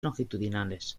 longitudinales